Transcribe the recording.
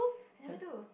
I never do